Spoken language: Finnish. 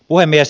puhemies